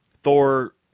Thor